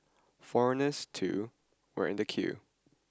foreigners too were in the queue